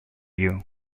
you